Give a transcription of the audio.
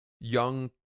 young